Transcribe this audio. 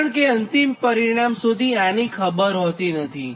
કારણ કેઅંતિમ પરિણામ સુધી આની ખબર હોતી નથી